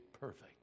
perfect